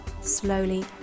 slowly